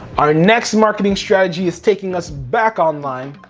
our next marketing strategy is taking us back online,